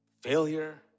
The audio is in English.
failure